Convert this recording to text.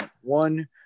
One